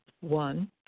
one